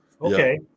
okay